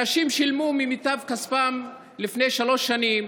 אנשים שילמו ממיטב כספם לפני שלוש שנים,